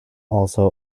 also